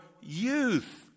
youth